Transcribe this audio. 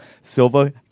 Silva